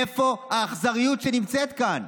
איזה אכזריות נמצאת כאן.